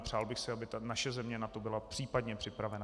Přál bych si, aby naše země na to byla případně připravena.